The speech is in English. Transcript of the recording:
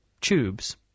tubes